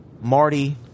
Marty